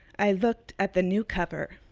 i looked at the new cover,